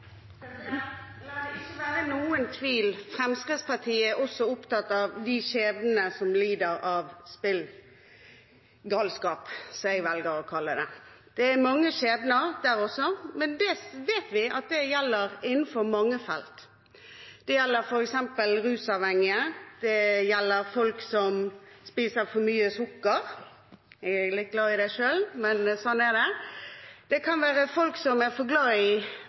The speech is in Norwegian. også opptatt av de skjebnene som lider av spillegalskap, som jeg velger å kalle det. Det er mange skjebner der også, men det vet vi at gjelder innenfor mange felt. Det gjelder f.eks. rusavhengige, det gjelder folk som spiser for mye sukker – jeg er litt glad i det selv, men sånn er det – det kan være folk som er for glad i